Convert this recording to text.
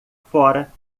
fora